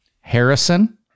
Harrison